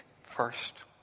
first